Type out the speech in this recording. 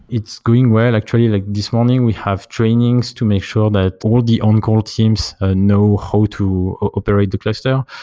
it's going well. actually like this morning, we have trainings to make sure that all the on-call teams ah know how to operate the cluster.